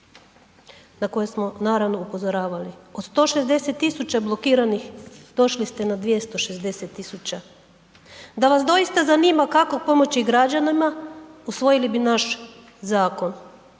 na koje smo naravno upozoravali. Od 160 000 blokiranih došli ste na 260 000. Da vas doista zanima kako pomoći građanima usvojili bi naš zakon